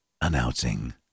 announcing